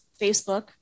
Facebook